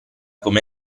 come